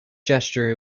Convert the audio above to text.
gesture